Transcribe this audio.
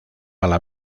ala